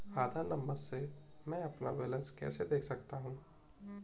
आधार number से मैं अपना बैलेंस कैसे देख सकता हूँ?